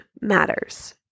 matters